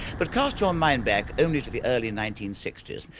but cast your mind back only to the early nineteen sixty s.